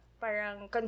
parang